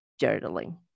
journaling